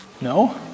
No